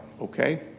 okay